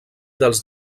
dels